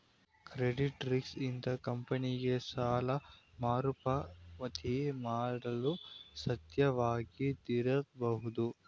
credit risk ಇಂದ ಕಂಪನಿಗೆ ಸಾಲ ಮರುಪಾವತಿ ಮಾಡಲು ಸಾಧ್ಯವಾಗದಿರಬಹುದು